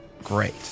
Great